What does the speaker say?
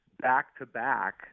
back-to-back